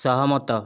ସହମତ